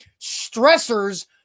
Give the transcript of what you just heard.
stressors